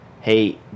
hey